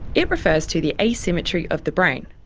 it refers to the asymmetry of the brain.